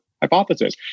hypothesis